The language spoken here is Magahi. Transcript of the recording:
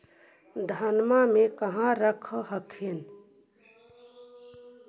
धनमा के कहा रख हखिन?